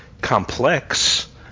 complex